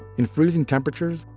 in freezing temperatures,